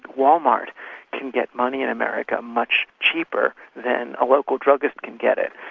walmart can get money in america much cheaper than a local druggist can get it,